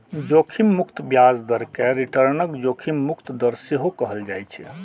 जोखिम मुक्त ब्याज दर कें रिटर्नक जोखिम मुक्त दर सेहो कहल जाइ छै